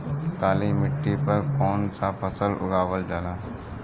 काली मिट्टी पर कौन सा फ़सल उगावल जाला?